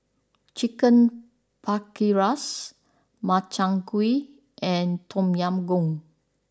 Chicken Paprikas Makchang Gui and Tom Yam Goong